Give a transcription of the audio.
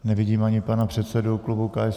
Nevidím ani pana předsedu klubu KSČM.